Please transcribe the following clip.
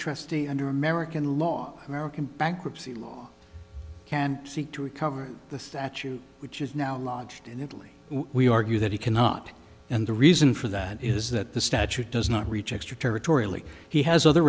trustee under american law american bankruptcy law can seek to recover the statute which is now lodged in italy we argue that he cannot and the reason for that is that the statute does not reach extraterritorial he has other